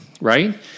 right